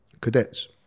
cadets